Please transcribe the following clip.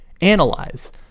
analyze